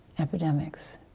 epidemics